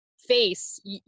face